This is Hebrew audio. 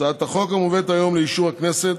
הצעת החוק המובאת היום לאישור הכנסת